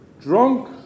drunk